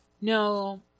No